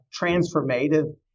transformative